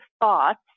thoughts